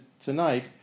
tonight